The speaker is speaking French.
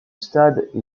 stade